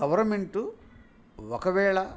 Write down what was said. government ఒకవేళ